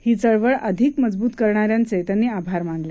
ही चळवळ अधिक मजबूत करणा यांचे त्यांनी आभार मानले